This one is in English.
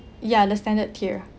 ya the standard tier